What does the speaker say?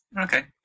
Okay